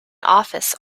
office